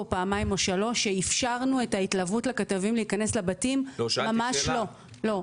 פעמיים או שלוש שאפשרנו לכתבים להתלוות להיכנס לבתים ממש לא.